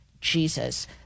Jesus